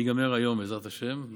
ייגמר היום, בעזרת השם.